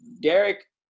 Derek